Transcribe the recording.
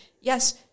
yes